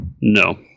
No